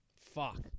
Fuck